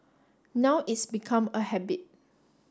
now it's become a habit